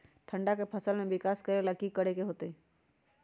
ठंडा में फसल के विकास ला की करे के होतै?